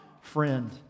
friend